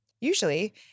Usually